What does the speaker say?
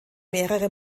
mehrere